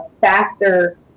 faster